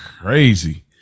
crazy